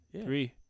three